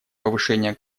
повышения